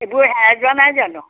এইবোৰ হেৰাই যোৱা নাই জানো